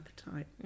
appetite